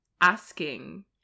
asking